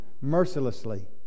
mercilessly